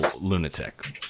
lunatic